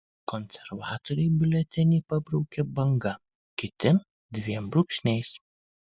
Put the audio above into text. konservatoriai biuletenį pabraukia banga kiti dviem brūkšniais